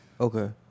Okay